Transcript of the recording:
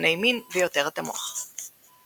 הורמוני מין ויותרת המוח.